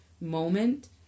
moment